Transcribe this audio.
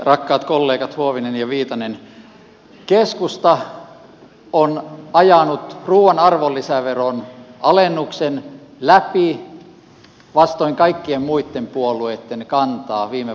rakkaat kollegat huovinen ja viitanen keskusta on ajanut ruuan arvonlisäveron alennuksen läpi vastoin kaikkien muitten puolueitten kantaa viime vaalikaudella